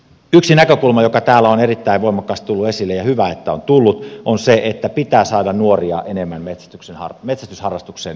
yksi näkökulma joka täällä on erittäin voimakkaasti tullut esille ja hyvä että on tullut on se että pitää saada nuoria enemmän metsästysharrastuksen piiriin